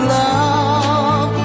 love